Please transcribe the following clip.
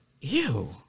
ew